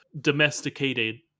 domesticated